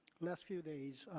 last few days